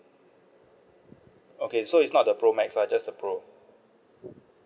okay so it's not the pro max lah just the pro